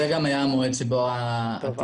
בסדר.